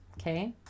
Okay